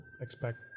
expect